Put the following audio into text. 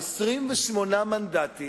28 מנדטים,